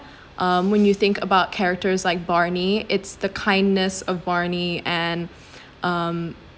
um when you think about characters like barney it's the kindness of barney and um